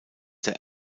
der